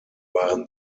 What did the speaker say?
waren